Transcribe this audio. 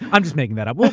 i'm just making that up.